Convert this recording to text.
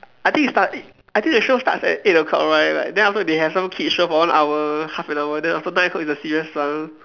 I think it start I think the show starts at eight O-clock right then after that they have some kids show for one hour half an hour then so nine O-clock is the serious one